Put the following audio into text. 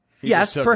yes